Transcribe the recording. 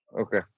Okay